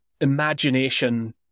imagination